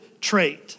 trait